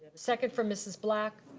second from mrs. black.